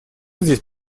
здесь